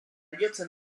jotzen